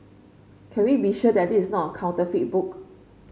can we be sure that this is not counterfeit book